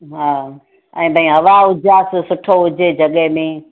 हा ऐं भई हवा ऐं सुठो हुजे जॻह में